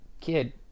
kid